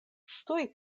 tuj